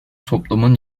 toplumun